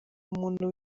umuntu